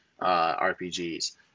RPGs